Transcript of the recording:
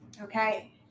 Okay